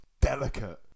delicate